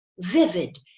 Vivid